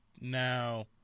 now